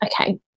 Okay